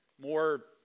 more